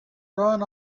run